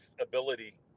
ability